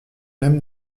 aime